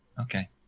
okay